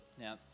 Now